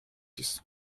six